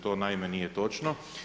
To naime nije točno.